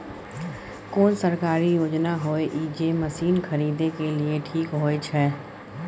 कोन सरकारी योजना होय इ जे मसीन खरीदे के लिए ठीक होय छै?